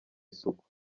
isuku